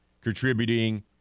Contributing